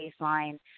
baseline